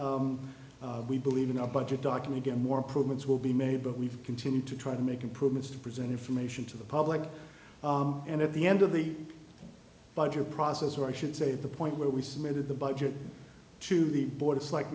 that we believe in our budget document getting more improvements will be made but we've continued to try to make improvements to present information to the public and at the end of the budget process or i should say at the point where we submitted the budget to the board it's like